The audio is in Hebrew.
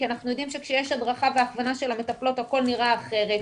אנחנו יודעים שכשיש הדרכה והכוונה של המטפלות הכול נראה אחרת.